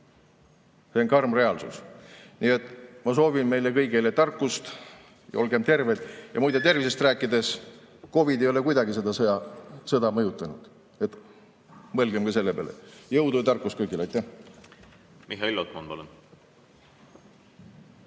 See on karm reaalsus. Nii et ma soovin meile kõigile tarkust, ja olgem terved! Muide, tervisest rääkides, COVID ei ole kuidagi seda sõda mõjutanud. Mõelgem ka selle peale. Jõudu ja tarkust kõigile! Aitäh!